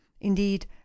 indeed